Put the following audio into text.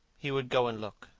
he would go and look.